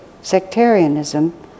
sectarianism